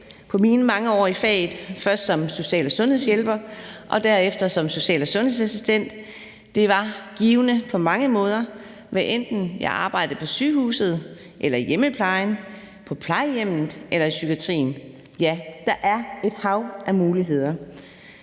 på mine mange år i faget først som social- og sundhedshjælper og derefter som social- og sundhedsassistent. Det var givende på mange måder, hvad enten jeg arbejdede på sygehuset, i hjemmeplejen, på plejehjemmet eller i psykiatrien. Der er et hav af muligheder.